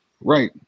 right